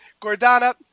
gordana